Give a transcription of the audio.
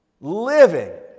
living